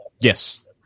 Yes